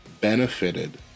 benefited